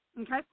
okay